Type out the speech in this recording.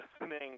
listening